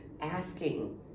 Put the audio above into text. asking